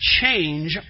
change